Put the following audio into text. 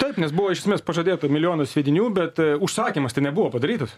taip nes buvo iš esmės pažadėta milijonus sviedinių bet užsakymas tai nebuvo padarytas